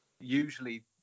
usually